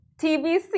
TBC